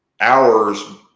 hours